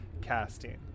casting